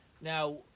Now